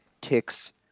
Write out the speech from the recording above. ticks